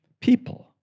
people